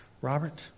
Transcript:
Robert